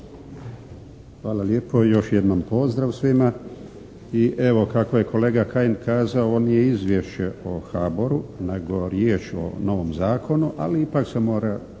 Hvala lijepo i još jednom pozdrav svima i evo kako je kolega Kajin kazao ovo nije izvješće o HBOR-u nego riječ o novom zakonu ali ipak se mora